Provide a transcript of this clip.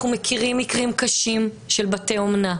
אנחנו מכירים מקרים קשים של בתי אומנה.